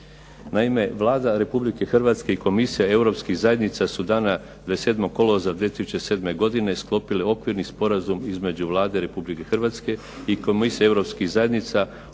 Naime, Vlada Republike Hrvatske i Komisija europskih zajednica su dana 27. kolovoza 2007. godine sklopile Okvirni sporazum između Vlade Republike Hrvatske i Komisije europskih zajednice